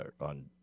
on